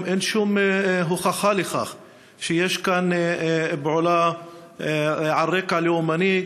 אין שום הוכחה שיש כאן פעולה על רקע לאומני,